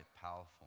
powerful